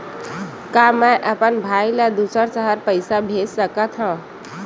का मैं अपन भाई ल दुसर शहर पईसा भेज सकथव?